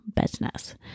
business